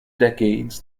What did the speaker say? decades